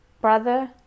brother